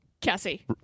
Cassie